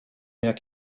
jak